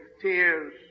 tears